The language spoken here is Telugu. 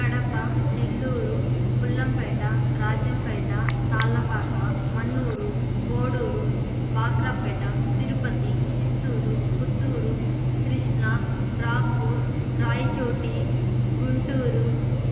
కడప నెల్లూరు పుల్లంపేట రాజంపేట తాళ్ళపాక మన్నూరు కోడూరు బాక్రాపేట తిరుపతి చిత్తూరు పుత్తూరు కృష్ణ రాపూర్ రాయచోటి గుంటూరు